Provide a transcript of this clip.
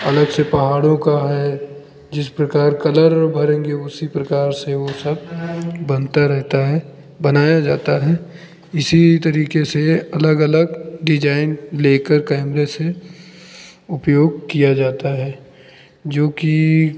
अलग से पहाड़ों का है जिस प्रकार कलर भरेंगे उसी प्रकार से वह सब बनता रहता है बनाया जाता है इसी तरीके से अलग अलग डिजाइन लेकर कैमरे से उपयोग किया जाता है जो कि